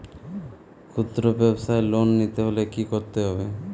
খুদ্রব্যাবসায় লোন নিতে হলে কি করতে হবে?